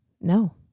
no